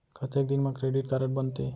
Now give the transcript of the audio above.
कतेक दिन मा क्रेडिट कारड बनते?